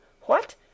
What